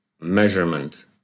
measurement